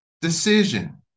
decision